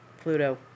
Pluto